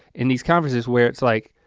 in these conferences where it's like,